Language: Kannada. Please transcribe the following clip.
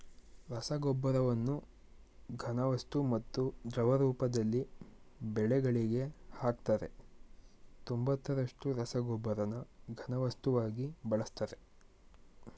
ರಸಗೊಬ್ಬರವನ್ನು ಘನವಸ್ತು ಮತ್ತು ದ್ರವ ರೂಪದಲ್ಲಿ ಬೆಳೆಗಳಿಗೆ ಹಾಕ್ತರೆ ತೊಂಬತ್ತರಷ್ಟು ರಸಗೊಬ್ಬರನ ಘನವಸ್ತುವಾಗಿ ಬಳಸ್ತರೆ